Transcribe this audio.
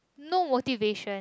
no motivation